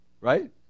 Right